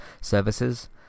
services